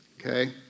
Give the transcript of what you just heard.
Okay